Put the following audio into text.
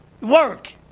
work